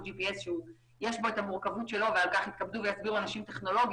ג'י.פי.אס שיש לו את המורכבות שלו ועל כך יסבירו האנשים הטכנולוגיים,